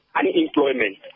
unemployment